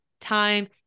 time